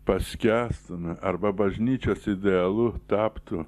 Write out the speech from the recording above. paskęstume arba bažnyčios idealu taptų